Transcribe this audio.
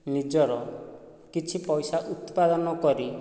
ନିଜର କିଛି ପଇସା ଉତ୍ପାଦନ କରି